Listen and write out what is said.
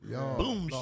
Boom